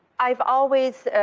i've always